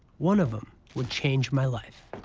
one of them would change my life.